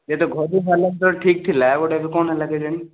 ଏବେ ଘରୁ ବାହାରିଲା ଯେତେବେଳେ ଠିକ୍ ଥିଲା ଏବେ ଗୋଟିଏ ଏବେ କ'ଣ ହେଲା କେଜାଣି